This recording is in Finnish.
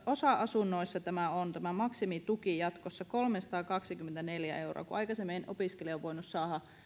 osa asunnoissa tämä maksimituki on jatkossa kolmesataakaksikymmentäneljä euroa kun aikaisemmin opiskelija on voinut saada